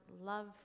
love